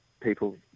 People